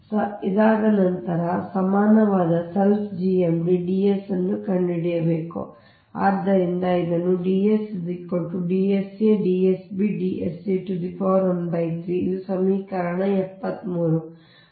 ಈಗ ಇದರ ನಂತರ ಸಮಾನವಾದ self GMD Ds ಅನ್ನು ಕಂಡುಹಿಡಿಯಬೇಕು ಆದ್ದರಿಂದ ಇದನ್ನು ಇದು ಸಮೀಕರಣ 73 ಆಗಿದೆ